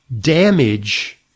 damage